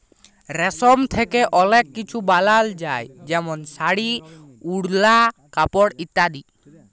রেশম থ্যাকে অলেক কিছু বালাল যায় যেমল শাড়ি, ওড়লা, কাপড় ইত্যাদি